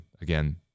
again